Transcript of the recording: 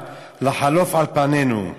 "לחלוף על פנינו".